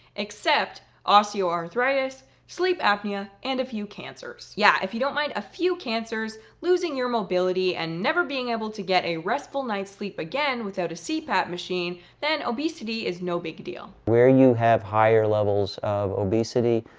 except osteoarthritis, sleep apnea and a few cancers. yeah, if you don't mind a few cancers, losing your mobility and never being able to get a restful night's sleep again without a cpap machine then obesity is no big deal. where you have higher levels of obesity,